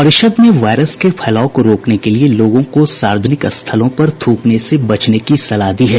परिषद ने वायरस के फैलाव को रोकने के लिए लोगों को सार्वजनिक स्थलों पर थूकने से बचने की सलाह दी है